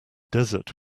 desert